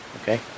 Okay